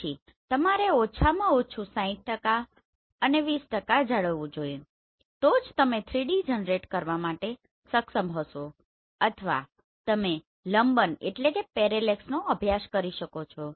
પછી તમારે ઓછામાં ઓછું 60 અને 20 જાળવવું જોઈએ તો જ તમે 3D જનરેટ કરવા માટે સક્ષમ હશો અથવા તમે લંબનનો અભ્યાસ કરી શકો છો